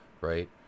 right